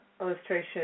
illustration